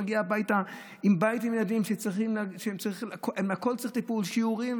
מגיעה הביתה לבית עם בית עם ילדים והכול צריך טיפול: שיעורים,